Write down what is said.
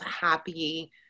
happy